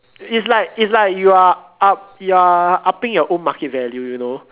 it's like it's like you are up you are upping your own market value you know